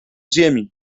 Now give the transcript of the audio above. ziemi